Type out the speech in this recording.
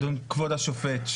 אדון כבוד השופט,